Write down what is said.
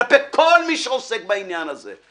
כלפי כל מי שעוסק בעניין הזה.